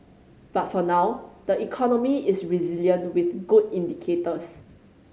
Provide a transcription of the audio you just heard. but for now the economy is resilient with good indicators